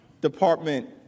Department